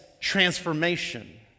transformation